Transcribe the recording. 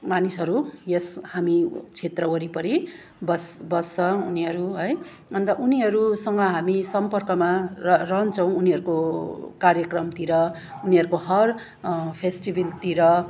मानिसहरू यस हामी क्षेत्र वरिपरि बस् बस्छ उनीहरू है अन्त उनीहरूसँग हामी सम्पर्कमा र रहन्छौँ उनीहरूको कार्यक्रमतिर उनीहरूको हर फेस्टिभलतिर